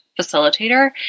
facilitator